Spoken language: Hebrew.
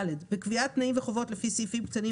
(ד) בקביעת תנאים וחובות לפי סעיפים קטנים